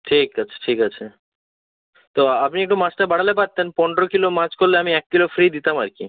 ঠিক আছে ঠিক আছে তো আপনি একটু মাছটা বাড়ালে পারতেন পনেরো কিলো মাছ করলে আমি এক কিলো ফ্রি দিতাম আর কী